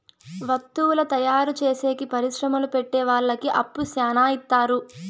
వత్తువుల తయారు చేసేకి పరిశ్రమలు పెట్టె వాళ్ళకి అప్పు శ్యానా ఇత్తారు